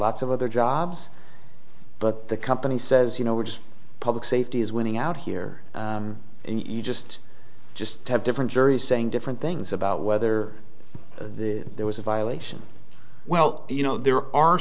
lots of other jobs but the company says you know we're just public safety is winning out here in egypt just have different juries saying different things about whether the there was a violation well you know there are